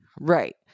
Right